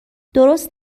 درست